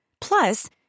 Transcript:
Plus